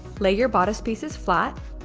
lay your bodice pieces flat,